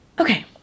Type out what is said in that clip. okay